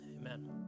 Amen